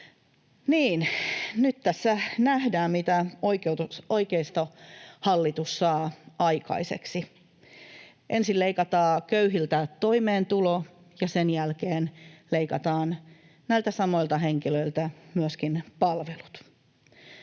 nyt tässä nähdään, mitä oikeistohallitus saa aikaiseksi. Ensin leikataan köyhiltä toimeentulo ja sen jälkeen leikataan näiltä samoilta henkilöiltä myöskin palvelut.